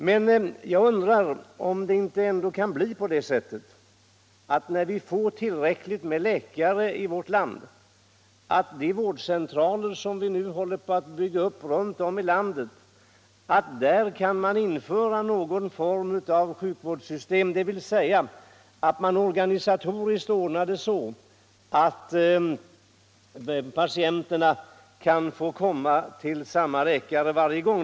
Men jag undrar ändå om man inte, när vi får tillräckligt med läkare i vårt land, vid de centraler som vi nu håller på att bygga upp runt om i landet kan organisatoriskt ordna det så att patienterna kan få komma till samma läkare varje gång.